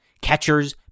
catchers